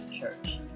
Church